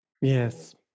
Yes